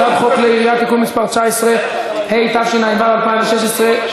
התשע"ו 2016,